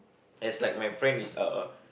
as like my friend is a